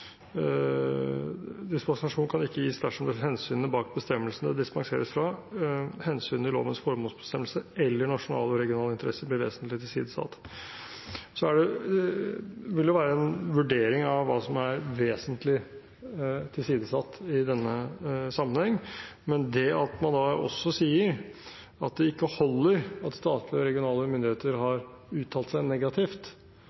kan ikke gis dersom hensynene bak bestemmelsen det dispenseres fra, hensynene i lovens formålsbestemmelse eller nasjonale eller regionale interesser, blir vesentlig tilsidesatt.» Det vil være en vurdering hva som er «vesentlig tilsidesatt» i denne sammenheng, men det at man også sier at det ikke holder at statlige og regionale myndigheter